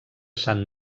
sant